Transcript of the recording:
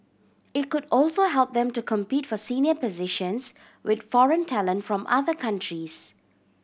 it could also help them to compete for senior positions with foreign talent from other countries